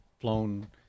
flown